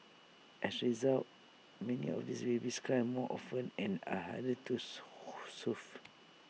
as A result many of these babies cry more often and are little soothe